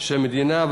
המדינה,